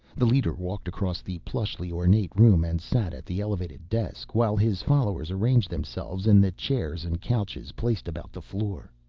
the leader walked across the plushly ornate room and sat at the elevated desk, while his followers arranged themselves in the chairs and couches placed about the floor.